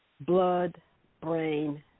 blood-brain